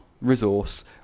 resource